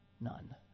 None